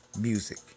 music